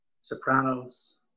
Sopranos